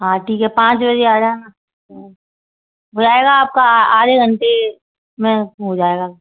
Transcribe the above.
हाँ ठीक है पाँच बजे आ जाना हो जाएगा आपका आधे घंटे में हो जाएगा